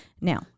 Now